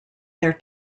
their